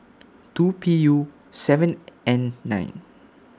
two P U seven N nine